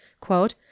quote